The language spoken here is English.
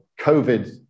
COVID